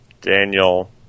Daniel